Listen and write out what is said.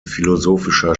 philosophischer